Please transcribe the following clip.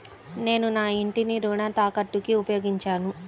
నేను నా ఇంటిని రుణ తాకట్టుకి ఉపయోగించాను